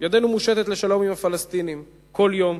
ידנו מושטת לשלום עם הפלסטינים בכל יום,